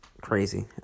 crazy